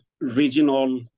regional